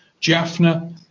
Jaffna